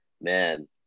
man